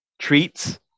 treats